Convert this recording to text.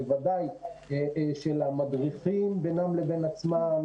בוודאי של המדריכים בינם לבין עצמם,